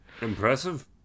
Impressive